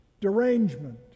derangement